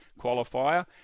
qualifier